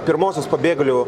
pirmosios pabėgėlių